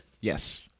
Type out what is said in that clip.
Yes